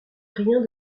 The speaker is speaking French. rien